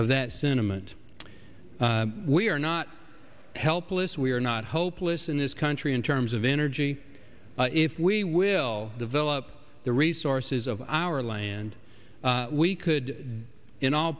of that sentiment we are not helpless we are not hopeless in this country in terms of energy if we will develop the resources of our land we could in all